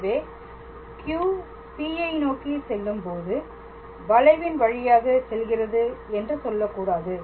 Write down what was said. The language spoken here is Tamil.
எனவே Q P யை நோக்கி செல்லும்போது வளைவின் வழியாக செல்கிறது என்று சொல்லக்கூடாது